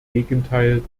gegenteil